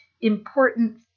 important